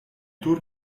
tour